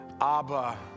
Abba